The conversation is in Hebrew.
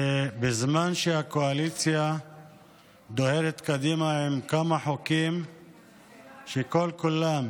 בזמן שהקואליציה דוהרת קדימה עם כמה חוקים שכל-כולם